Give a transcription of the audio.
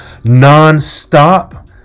nonstop